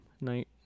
night